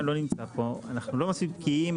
באופן טבעי,